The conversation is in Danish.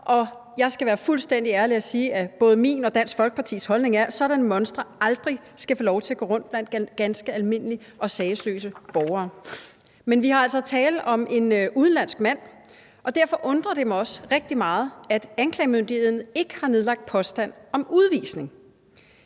og jeg skal være fuldstændig ærlig og sige, at både min og Dansk Folkepartis holdning er, at sådanne monstre aldrig skal få lov til at gå rundt blandt ganske almindelige og sagesløse borgere. Men der er altså tale om en udenlandsk mand, og derfor undrer det mig også rigtig meget, at anklagemyndigheden ikke har nedlagt påstand om udvisning.